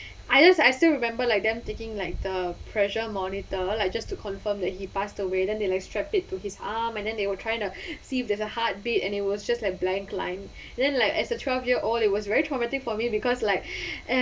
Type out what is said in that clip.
I just I still remember like them taking like the pressure monitor like just to confirm that he passed away then they like strap it to his arm and then they will try to see if there's a heartbeat and it was just like blank line then like as a twelve-year-old it was very traumatic for me because like eh